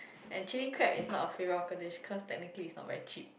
and chili crab is not a favourite hawker dish cause technically it's not very cheap